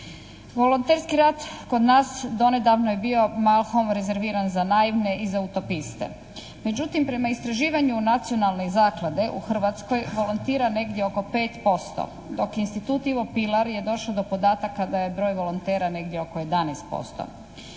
Volonterski rad kod nas donedavno je bio mahom rezerviran za naivne i za utopiste. Međutim, prema istraživanju Nacionalne zaklade u Hrvatskoj volontira negdje oko 5%, dok …/Govornik se ne razumije./… je došao do podataka da je broj volontera negdje oko 11%.